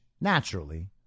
naturally